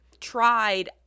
tried